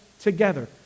together